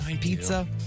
pizza